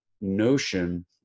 notion